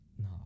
No